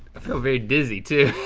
feel very dizzy too.